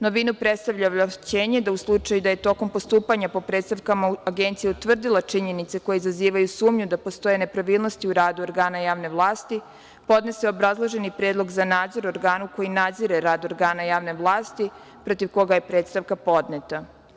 Novinu predstavlja ovlašćenje da u slučaju da je tokom postupanja po predstavkama Agencija utvrdila činjenice koje izazivaju sumnju da postoje nepravilnosti u radu organa javne vlasti, podnese obrazloženi predlog za nadzor organu koji nadzire rad organa javne vlasti protiv koga je predstavka podneta.